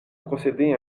procéder